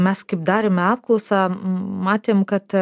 mes kaip darėme apklausą matėm kad